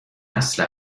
اصل